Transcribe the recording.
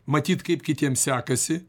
matyt kaip kitiems sekasi